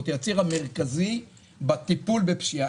היא הציר המרכזי בטיפול בפשיעה.